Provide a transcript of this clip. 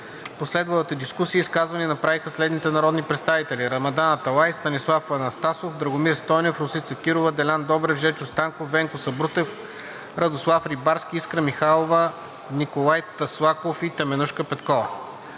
последвалата дискусия изказвания направиха следните народни представители: